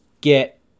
Get